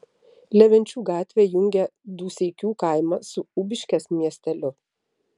levenčių gatvė jungia dūseikių kaimą su ubiškės miesteliu